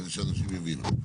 כדי שאנשים יבינו.